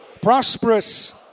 prosperous